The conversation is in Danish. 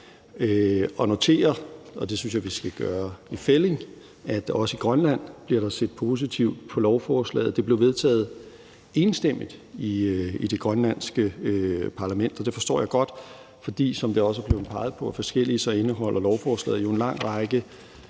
jeg noterer, og det synes jeg vi skal gøre i fællig, at også i Grønland bliver der set positivt på lovforslaget. Det blev vedtaget enstemmigt i det grønlandske parlament, og det forstår jeg godt, for som det også er blevet peget på af forskellige, indeholder lovforslaget jo en lang række